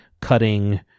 cutting